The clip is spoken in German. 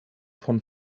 von